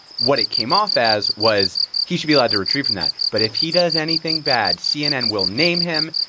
what it came off as was he should be allowed to retreat from that, but if he does anything bad, cnn will name him.